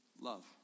love